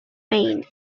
maine